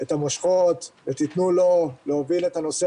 את המושכות ותיתנו לו להוביל את הנושא